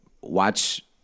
watch